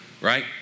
Right